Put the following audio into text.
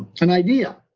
an idea.